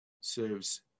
serves